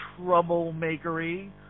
troublemakery